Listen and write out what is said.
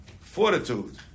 fortitude